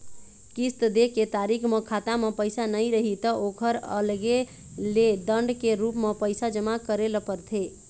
किस्त दे के तारीख म खाता म पइसा नइ रही त ओखर अलगे ले दंड के रूप म पइसा जमा करे ल परथे